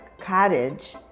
cottage